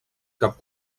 cap